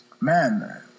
Man